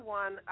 one